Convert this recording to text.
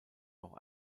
auch